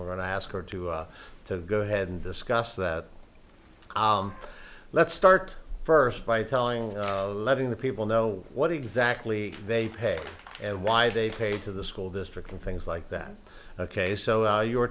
we're going to ask her to to go ahead and discuss that let's start first by telling letting the people know what exactly they paid and why they paid to the school district and things like that ok so you were